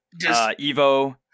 Evo